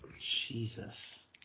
Jesus